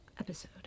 episode